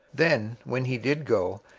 then, when he did go,